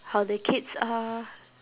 how the kids are